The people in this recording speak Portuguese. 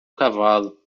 cavalo